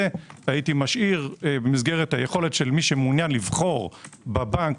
הייתי משאיר במסגרת היכולת של מי שמעוניין לבחור בבנק,